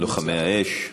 לוחמי האש.